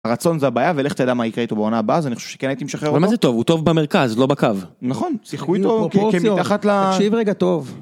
רצון זה הבעיה ולך תדע מה יקרה איתו בעונה הבאה אז אני חושב שכן הייתי משחרר למה זה טוב הוא טוב במרכז לא בקו נכון שיחקו איתו תקשיב רגע טוב.